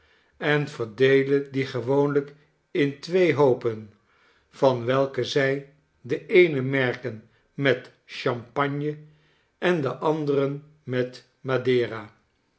en verdeelen diengewoonlijk in twee hoopen van welke zy den eenen merken met champagne en den anderen met madeira